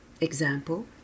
example